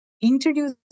introduce